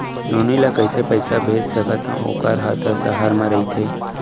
नोनी ल कइसे पइसा भेज सकथव वोकर हा त सहर म रइथे?